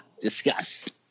Discuss